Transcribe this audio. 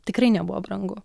tikrai nebuvo brangu